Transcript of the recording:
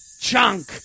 chunk